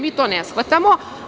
Mi to ne shvatamo.